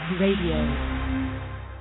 Radio